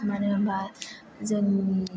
मानो होमब्ला जोंनि